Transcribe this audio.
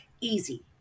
easy